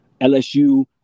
LSU